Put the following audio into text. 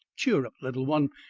cheer up, little one,